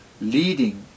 leading